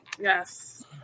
Yes